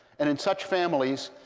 and in such families,